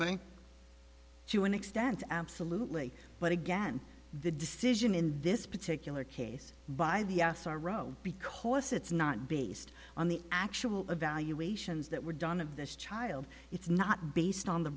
would extend absolutely but again the decision in this particular case by the s r o because it's not based on the actual evaluations that were done of this child it's not based on the